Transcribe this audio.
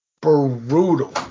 brutal